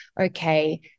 okay